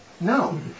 No